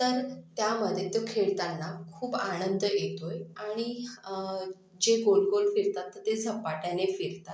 तर त्यामध्ये तो खेळतांना खूप आनंद येतो आहे आणि जे गोल गोल फिरतात तर ते झपाट्याने फिरतात